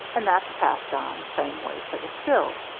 and that's passed on, same way, to the sill.